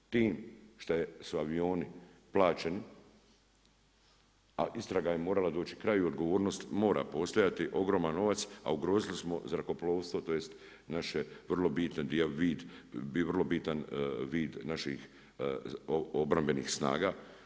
Tim šta su avioni plaćeni, a istraga je morala doći kraju, odgovornost mora postojati ogroman novac, a ugrozili smo zrakoplovstvo tj. naše vrlo bitne, vrlo bitan vid naših obrambenih snaga.